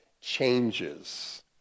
changes